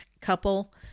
couple